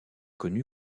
connu